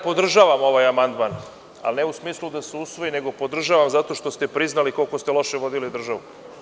Podržavam ovaj amandman, ali ne u smislu da se usvoji, nego podržavam zato što ste priznali koliko ste loše vodili državu.